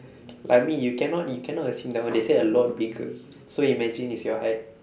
I mean you cannot you cannot assume that when they say a lot bigger so imagine is your height